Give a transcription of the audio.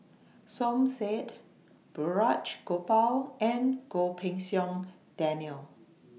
Som Said Balraj Gopal and Goh Pei Siong Daniel